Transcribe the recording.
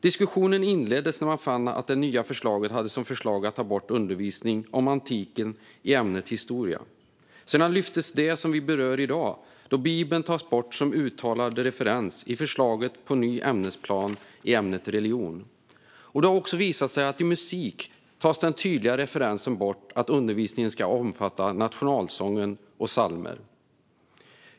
Diskussionen inleddes när man fann att det i det nya förslaget ingick att ta bort undervisning om antiken i ämnet historia. Sedan lyftes det som vi berör i dag, då Bibeln tas bort som uttalad referens i förslaget till ny ämnesplan i ämnet religionskunskap. Det har också visat sig att i musik tas den tydliga referensen bort att undervisningen ska omfatta nationalsången och psalmer.